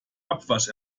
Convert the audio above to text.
abwasch